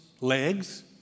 legs